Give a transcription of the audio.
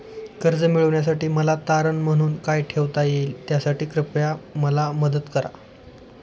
कर्ज मिळविण्यासाठी मला तारण म्हणून काय ठेवता येईल त्यासाठी कृपया मला मदत करा